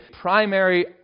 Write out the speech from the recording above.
primary